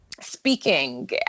speaking